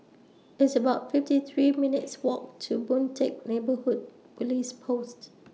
It's about fifty three minutes' Walk to Boon Teck Neighbourhood Police Posts